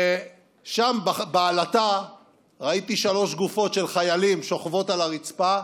שם בעלטה ראיתי שלוש גופות של חיילים שוכבות על הרצפה,